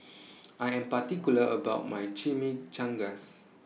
I Am particular about My Chimichangas